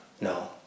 No